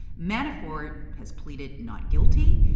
manafort has pleaded not guilty.